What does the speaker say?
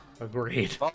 agreed